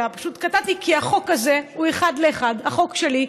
אלא פשוט קטעתי כי החוק הזה הוא אחד לאחד החוק שלי,